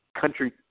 country